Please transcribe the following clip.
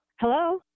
Hello